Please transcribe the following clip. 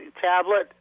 tablet